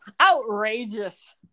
Outrageous